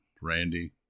Randy